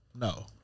No